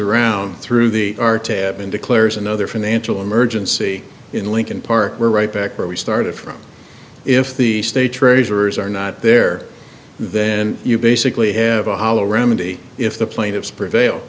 around through the our tab and declares another financial emergency in lincoln park we're right back where we started from if the state treasurers are not there then you basically have a hollow remedy if the plaintiffs prevail